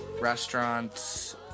restaurant's